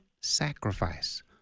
sacrifice